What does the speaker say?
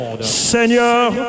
Seigneur